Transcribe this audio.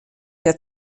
der